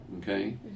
Okay